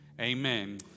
amen